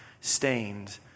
stained